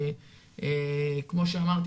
כמו שאמרת,